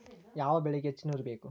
ಯಾವ ಬೆಳಿಗೆ ಹೆಚ್ಚು ನೇರು ಬೇಕು?